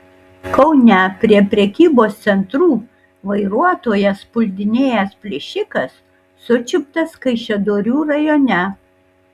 kaune prie prekybos centrų vairuotojas puldinėjęs plėšikas sučiuptas kaišiadorių rajone